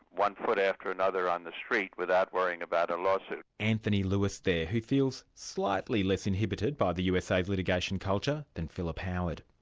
one foot after another on the street, without worrying about a lawsuit. anthony lewis there, who feels slightly less inhibited by the usa's litigation culture than philip howard.